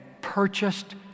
purchased